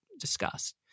discussed